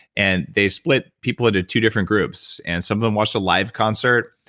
and they split people into two different groups. and some of them watched a live concert,